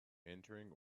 entering